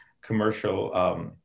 commercial